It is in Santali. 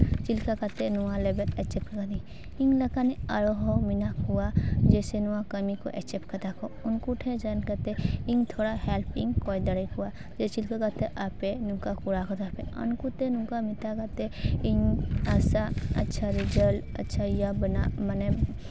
ᱪᱮᱫ ᱞᱮᱠᱟ ᱠᱟᱛᱮ ᱱᱚᱣᱟ ᱞᱮᱵᱮᱞ ᱮᱪᱤᱵᱽ ᱠᱟᱹᱫᱟᱹᱧ ᱤᱧ ᱞᱮᱠᱟᱱ ᱟᱨᱦᱚᱸ ᱢᱮᱱᱟᱜ ᱠᱚᱣᱟ ᱡᱮᱭᱥᱮ ᱱᱚᱣᱟ ᱠᱟᱹᱢᱤ ᱠᱚ ᱮᱪᱤᱵᱽ ᱠᱟᱫᱟᱠᱚ ᱩᱱᱠᱩ ᱴᱷᱮᱱ ᱥᱮᱱ ᱠᱟᱛᱮ ᱤᱧ ᱛᱷᱚᱲᱟ ᱦᱮᱞᱯ ᱤᱧ ᱠᱚᱭ ᱫᱟᱲᱮ ᱠᱚᱣᱟ ᱡᱮ ᱪᱮᱫ ᱠᱟ ᱠᱟᱛᱮ ᱟᱯᱮ ᱱᱚᱝᱠᱟ ᱠᱚᱨᱟᱣ ᱠᱟᱫᱟᱯᱮ ᱩᱱᱠᱩᱛᱮ ᱱᱚᱝᱠᱟ ᱢᱮᱛᱟ ᱠᱟᱛᱮ ᱤᱧ ᱟᱥᱟ ᱟᱪᱪᱷᱟ ᱨᱮᱡᱟᱞᱴ ᱟᱪᱪᱷᱟ ᱤᱭᱟᱨ ᱵᱮᱱᱟᱜ ᱢᱟᱱᱮ